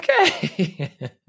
Okay